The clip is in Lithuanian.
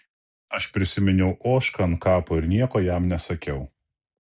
aš prisiminiau ožką ant kapo ir nieko jam nesakiau